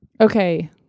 okay